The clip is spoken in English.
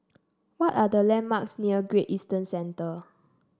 what are the landmarks near Great Eastern Centre